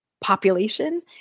population